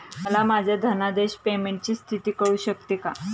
मला माझ्या धनादेश पेमेंटची स्थिती कळू शकते का?